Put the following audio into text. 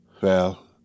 Well